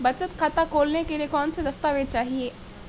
बचत खाता खोलने के लिए कौनसे दस्तावेज़ चाहिए?